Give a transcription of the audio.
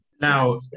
Now